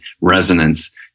resonance